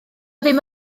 ddim